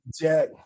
Jack